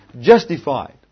justified